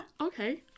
Okay